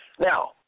Now